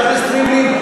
חבר הכנסת ריבלין,